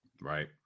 Right